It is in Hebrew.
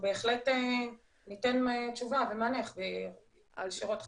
בהחלט ניתן תשובה ומענה ישירות לוועדה.